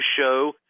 show